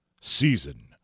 Season